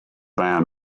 man